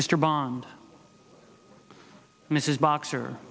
mr bond mrs boxer